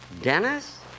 Dennis